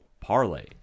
parlay